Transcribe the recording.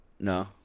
No